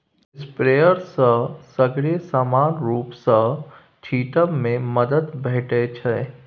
sprayer सँ सगरे समान रुप सँ छीटब मे मदद भेटै छै